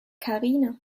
karina